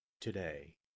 today